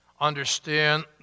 understand